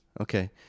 Okay